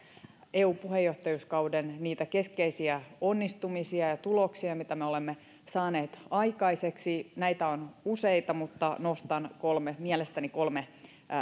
eu puheenjohtajuuskauden niitä keskeisiä onnistumisia ja tuloksia mitä me olemme saaneet aikaiseksi näitä on useita mutta nostan kolme mielestäni kolme